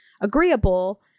agreeable